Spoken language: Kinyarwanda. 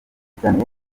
cyane